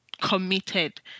committed